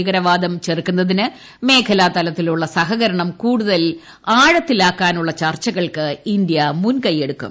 ഭീകരവാദം ചെറുക്കുന്നതിന് മേഖലാതലത്തിലുള്ള സഹകരണം കൂടുതൽ ആഴത്തിലാക്കാനുള്ള ചർച്ചകൾക്ക് ഇന്ത്യ മുൻകൈയ്യെടുക്കും